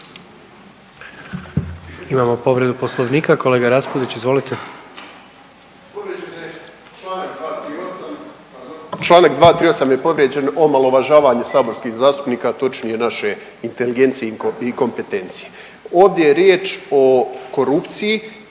Imamo povredu poslovnika kolega Raspudić izvolite. **Raspudić, Nino (MOST)** Čl. 238. je povrijeđen omalovažavanje saborskih zastupnika točnije naše inteligencije i kompetencije. Ovdje je riječ o korupciji